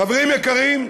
חברים יקרים,